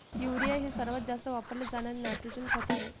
urea हे सर्वात जास्त वापरले जाणारे नायट्रोजन खत आहे